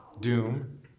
doom